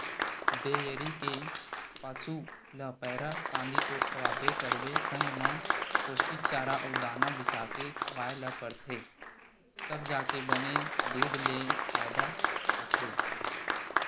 dairy के पसू ल पैरा, कांदी तो खवाबे करबे संग म पोस्टिक चारा अउ दाना बिसाके खवाए ल परथे तब जाके बने दूद ले फायदा होथे